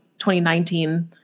2019